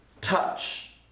touch